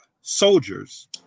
Soldiers